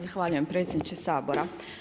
Zahvaljujem predsjedniče Sabora.